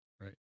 Right